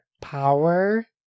power